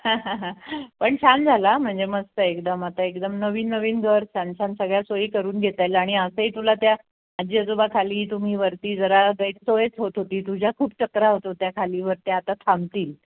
पण छान झालं हा म्हणजे मस्त एकदम आता एकदम नवीन नवीन घर छान छान सगळ्या सोयी करून घेता येईल आणि असंही तुला त्या आजी आजोबा खाली तुम्ही वरती जरा गैरसोयच होत होती तुझ्या खूप चक्रा होत होत्या खालीवर त्या आता थांबतील